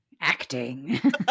acting